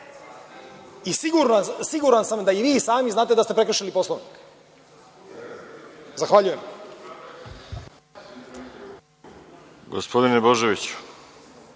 Siguran sam da i vi sami znate da ste prekršili Poslovnik. Zahvaljujem.